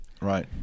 Right